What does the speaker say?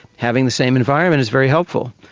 having the same environment is very helpful.